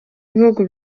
ibihugu